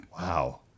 Wow